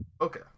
Okay